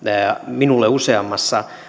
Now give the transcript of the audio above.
minulle useammassa